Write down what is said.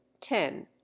ten